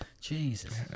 Jesus